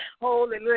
holy